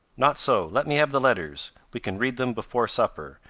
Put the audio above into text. not so let me have the letters we can read them before supper,